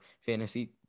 fantasy